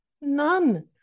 None